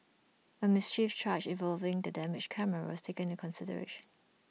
A mischief charge involving the damaged camera was taken in consideration